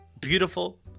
beautiful